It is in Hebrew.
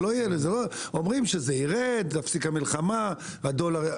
אומרים שזה ירד, תפסיק המלחמה, הדולר.